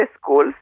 schools